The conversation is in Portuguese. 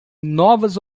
novas